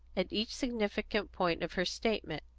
at each significant point of her statement.